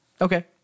Okay